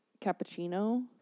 cappuccino